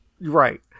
Right